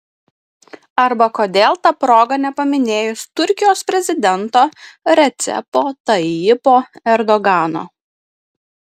arba kodėl ta proga nepaminėjus turkijos prezidento recepo tayyipo erdogano